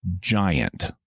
giant